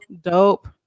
dope